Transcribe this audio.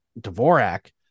Dvorak